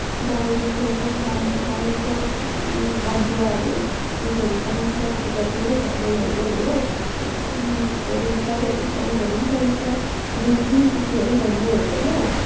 बनाइदिन्छौँ यता थानहरू बनाउँछौँ अदुवाहरू के केहरू चाहिन्छ पूजातिर चामलहरू होइन त्यहाँदेखि अरू बाहिरको सामानहरू पनि चाहिन्छ गुङ्ग्रिङ के केहरू भन्ने होइन